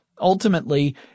Ultimately